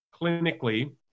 clinically